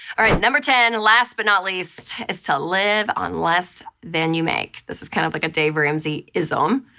all right, number ten, last but not least, is to live on less than you make. this is kind of like a dave ramseyism,